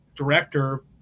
director